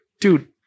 Dude